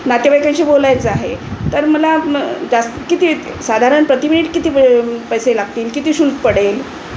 नातेवाईकांशी बोलायचं आहे तर मला म जास्त किती साधारण प्रतिमिनिट किती व पैसे लागतील किती शुल्क पडेल